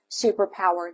superpower